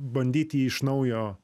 bandyt jį iš naujo